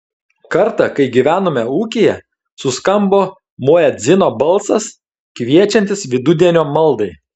kartą kai gyvenome ūkyje suskambo muedzino balsas kviečiantis vidudienio maldai